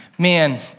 Man